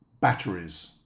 batteries